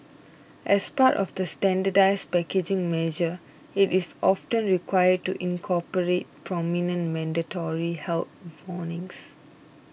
as part of the standardised packaging measure it is often required to incorporate prominent mandatory health warnings